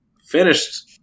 finished